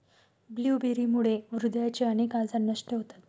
ब्लूबेरीमुळे हृदयाचे अनेक आजार नष्ट होतात